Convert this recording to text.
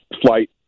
flight